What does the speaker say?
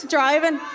driving